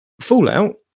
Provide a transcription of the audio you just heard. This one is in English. Fallout